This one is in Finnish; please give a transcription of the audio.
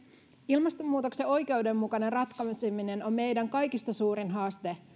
ilmastonmuutoksen oikeudenmukainen ratkaiseminen on meidän kaikista suurin haaste